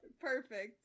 Perfect